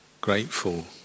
grateful